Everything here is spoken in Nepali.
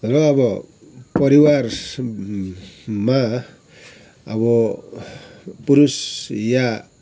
र अब परिवारमा अब पुरुष या